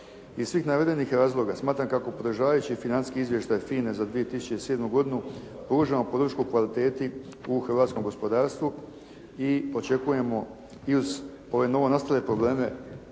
Iz svih navedenih razloga smatram kako podržavajući Financijski izvještaj FINA-e za 2007. godinu pružamo podršku kvaliteti u hrvatskom gospodarstvu i očekujemo i uz ove novo nastale probleme